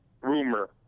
rumor